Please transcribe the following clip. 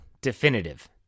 definitive